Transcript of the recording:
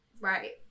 Right